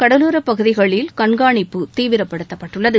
கடலோரப் பகுதிகளில் கண்காணிப்பு தீவிரப்படுத்தப்பட்டுள்ளது